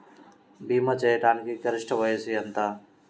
భీమా చేయాటానికి గరిష్ట వయస్సు ఎంత?